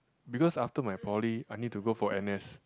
because after my poly I need to go for N_S